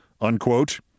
unquote